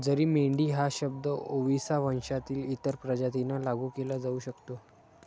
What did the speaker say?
जरी मेंढी हा शब्द ओविसा वंशातील इतर प्रजातींना लागू केला जाऊ शकतो